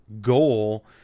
goal